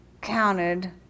counted